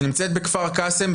שנמצאת בכפר קאסם,